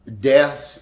death